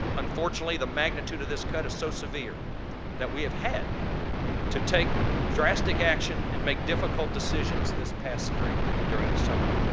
unfortunately, the magnitude of this cut is so severe that we have had to take drastic action and make difficult decisions this past spring and during the summer.